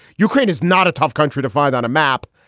ukraine is not a tough country to find on a map.